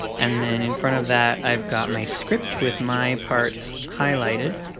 and then in front of that i've got my script with my parts highlighted,